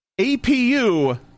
APU